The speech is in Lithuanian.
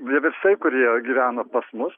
vieversiai kurie gyvena pas mus